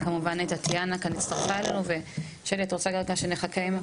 טטיאנה הצטרפה אלינו, שלום לך ותודה שאת פה.